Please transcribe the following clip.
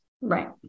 Right